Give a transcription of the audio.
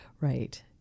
Right